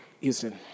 Houston